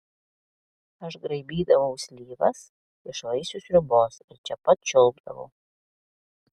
aš graibydavau slyvas iš vaisių sriubos ir čia pat čiulpdavau